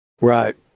Right